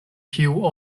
kiu